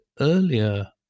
earlier